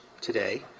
today